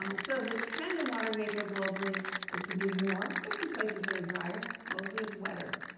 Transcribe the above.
um so the trend in water vapor globally is to be more. there are some places that are drier. mostly it's wetter.